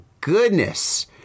goodness